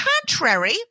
contrary-